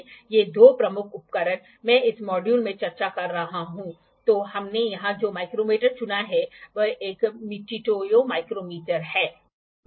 protractors दो प्रकार के होते हैं जो विकसित होते हैं जिनका आमतौर पर उपयोग किया जाता है एक को यूनिवर्सल बेवल प्रोट्रैक्टर कहा जाता है दूसरे को ऑप्टिकल बेवल प्रोट्रैक्टर कहा जाता है